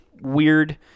weird